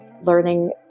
learning